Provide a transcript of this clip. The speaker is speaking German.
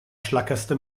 schlackerste